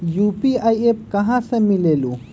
UPI app कहा से मिलेलु?